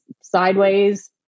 sideways